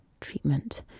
treatment